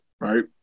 right